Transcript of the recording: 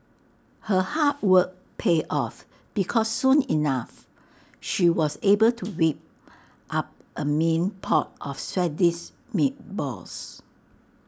her hard work paid off because soon enough she was able to whip up A mean pot of Swedish meatballs